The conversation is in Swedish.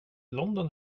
london